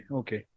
okay